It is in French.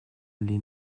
les